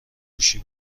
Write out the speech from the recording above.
گوشی